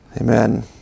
Amen